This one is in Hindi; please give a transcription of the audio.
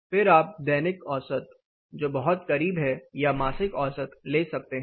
फिर आप दैनिक औसत जो बहुत करीब है या मासिक औसत ले सकते हैं